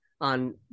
on